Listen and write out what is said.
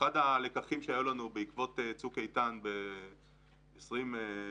הלקחים שהיו לנו בעקבות "צוק איתן" ב-2015,